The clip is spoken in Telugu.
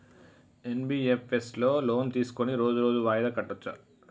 ఎన్.బి.ఎఫ్.ఎస్ లో లోన్ తీస్కొని రోజు రోజు వాయిదా కట్టచ్ఛా?